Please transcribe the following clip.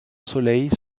soleil